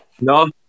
no